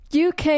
uk